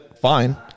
Fine